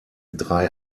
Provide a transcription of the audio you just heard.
drei